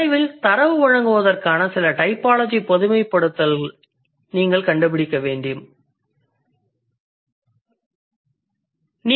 நிறைவில் தரவு வழங்குவதற்கான சில டைபாலஜி பொதுமைப்படுத்தலை நீங்கள் கண்டுபிடிக்க முடியும்